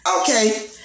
Okay